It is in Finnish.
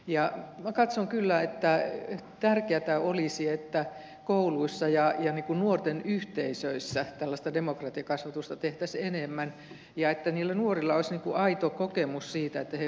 minä katson kyllä että tärkeätä olisi että kouluissa ja nuorten yhteisöissä tällaista demokratiakasvatusta tehtäisiin enemmän ja että niillä nuorilla olisi aito kokemus siitä että he vaikuttavat